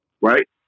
right